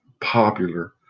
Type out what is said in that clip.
popular